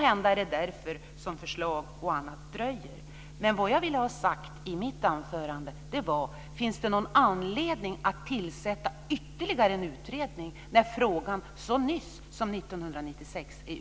Måhända är det därför som förslag dröjer. Vad jag i mitt anförande ifrågasatte var om det finns någon anledning att tillsätta ytterligare en utredning när frågan har utretts så sent som 1996.